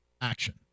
action